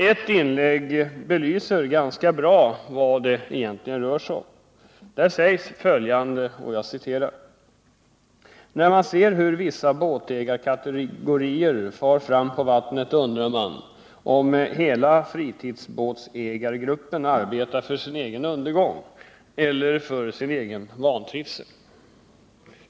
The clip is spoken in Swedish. Ett inlägg belyser ganska bra vad det egentligen rör sig om. Där sägs följande: ”När man ser hur vissa båtägarkategorier far fram på vattnet undrar man, om hela fritidsbåtägargruppen arbetar för sin egen undergång eller för sin egen vantrivsel!